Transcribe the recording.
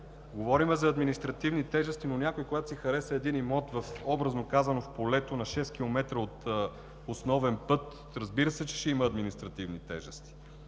Говорим за административни тежести, но когато някой си хареса, образно казано, един имот в полето на 6 км от основен път, разбира се, че ще има административни тежести.